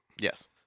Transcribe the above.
Yes